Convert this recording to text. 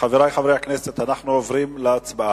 חברי חברי הכנסת, אנחנו עוברים להצבעה.